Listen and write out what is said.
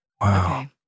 Wow